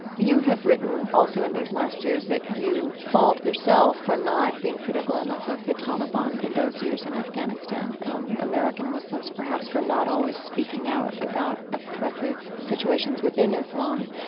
you have written also in these last years that you fault yourself for not being critical enough of the taliban in those years in afghanistan um american muslims perhaps for not always speaking about oppressive situations within islam.